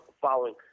following